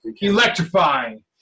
electrifying